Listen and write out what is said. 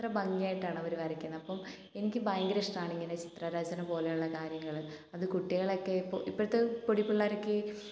അത്ര ഭംഗിയായിട്ടാണ് അവർ വരയ്ക്കുന്നത് അപ്പോൾ എനിക്ക് ഭയങ്കര ഇഷ്ടമാണ് ഇങ്ങനെ ചിത്രരചന പോലെയുള്ള കാര്യങ്ങൾ അത് കുട്ടികളൊക്കെ ഇപ്പോൾ ഇപ്പോഴത്തെ പൊടി പിള്ളാരൊക്കെ